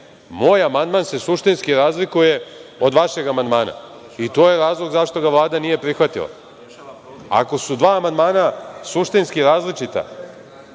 Moj amandman se suštinski razlikuje od vašeg amandmana i to je razlog zašto ga Vlada nije prihvatila. Ako su dva amandmana suštinski različita,